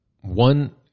one